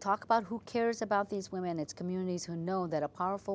talk about who cares about these women it's communities who know that a powerful